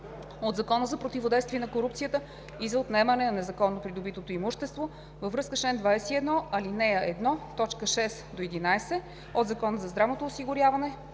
от Закона за противодействие на корупцията и за отнемане на незаконно придобитото имущество във връзка с чл. 21, ал. 1, т. 6 – 11 от Закона за здравното осигуряване